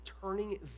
turning